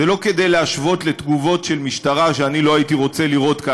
זה לא כדי להשוות לתגובות של משטרה שאני לא הייתי רוצה לראות כאן.